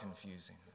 confusing